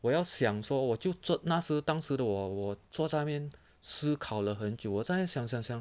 我要想说我就坐那时当时的我我坐在那边思考了很久再想想